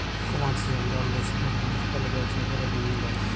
commercial লল বেশিরভাগ মালুস কল ব্যবসা ক্যরার জ্যনহে লেয়